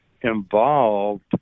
involved